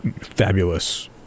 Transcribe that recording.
fabulous